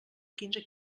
quinze